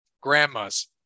Grandma's